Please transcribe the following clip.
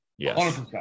Yes